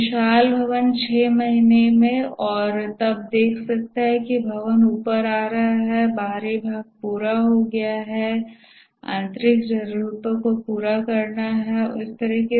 विशाल भवन 6 महीने में और तब वह देख सकता है कि भवन ऊपर आ रहा है बाहरी भाग पूरा हो गया है आंतरिक ज़रूरतों को पूरा करना है और इसी तरह